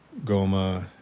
Goma